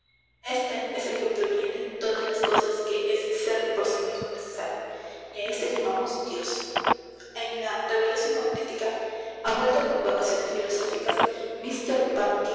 este es el que previene todas las cosas que es sér por sí mismo necesario y a éste llamamos dios en la revelación magnética a vuelta de divagaciones filosóficas